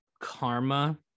karma